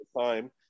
time